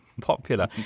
Popular